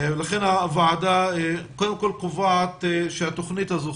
לכן הוועדה קודם כל קובעת שהתוכנית הזו,